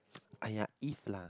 !aiya! eat lah